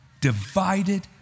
divided